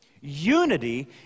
Unity